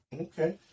Okay